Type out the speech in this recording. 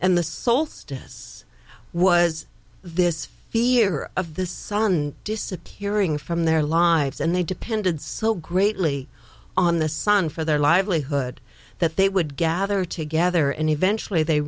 and the soul stillness was this fear of the sun disappearing from their lives and they depended so greatly on the sun for their livelihood that they would gather together and eventually they